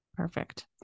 Perfect